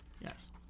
Yes